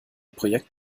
projekt